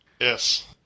Yes